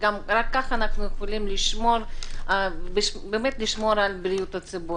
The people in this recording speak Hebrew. רק כך אנחנו יכולים לשמור על בריאות הציבור.